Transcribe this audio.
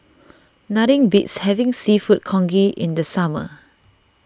nothing beats Having Seafood Congee in the summer